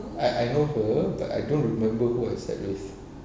I I know her but I don't remember who I sat with